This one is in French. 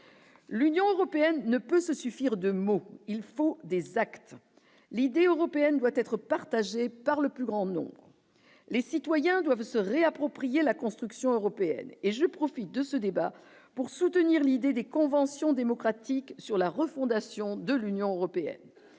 l'Union européenne ne peut se suffire de mots, il faut des actes l'idée européenne doit être partagée par le plus grand nombre, les citoyens doivent se réapproprier la construction européenne et je profite de ce débat pour soutenir l'idée des conventions démocratiques sur la refondation de l'Union européenne